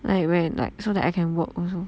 like when like so that I can work also